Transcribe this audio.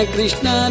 Krishna